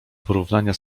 porównania